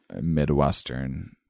midwestern